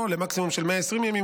או עד למקסימום של 120 ימים,